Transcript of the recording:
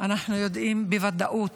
אנחנו יודעים בוודאות